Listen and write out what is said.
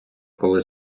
коли